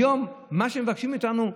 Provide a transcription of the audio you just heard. היום מה שמבקשים מאיתנו,